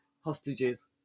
hostages